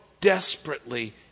desperately